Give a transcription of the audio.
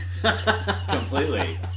Completely